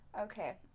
Okay